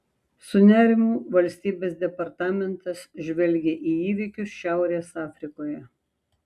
su nerimu valstybės departamentas žvelgia į įvykius šiaurės afrikoje